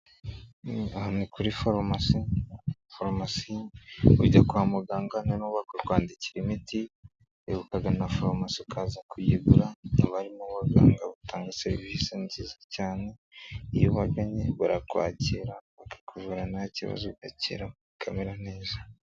Aha ni kuri farumasi, farumasi ujya kwa muganga noneho bakakwandikira imiti, ukagana farumasi ukaza kuyigura, haba harimo abaganga batanga serivisi nziza cyane, iyo ubagannye barakwakira bakakuvura nta kibazo ugakira, ukamera neza.